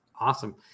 Awesome